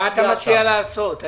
(היו"ר משה גפני) מה אתה מציע לעשות?